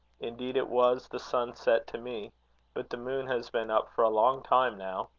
indeed, it was the sunset to me but the moon has been up for a long time now.